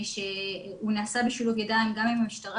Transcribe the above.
הוא נעשה בשילוב ידיים גם עם המשטרה